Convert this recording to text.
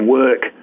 work